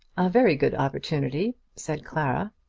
a very good opportunity, said clara.